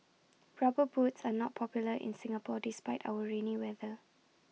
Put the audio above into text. rubber boots are not popular in Singapore despite our rainy weather